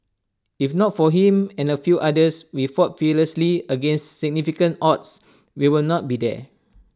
if not for him and A few others we fought fearlessly against significant odds we will not be there